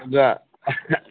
ꯑꯗꯨꯒ